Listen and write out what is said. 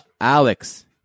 Alex